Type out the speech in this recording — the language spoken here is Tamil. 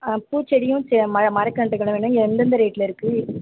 ஆ பூச்செடியும் செ ம மரக்கன்றுகளும் வேணும் இங்கே எந்தெந்த ரேட்டில் இருக்கு